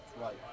Right